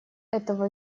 этого